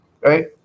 right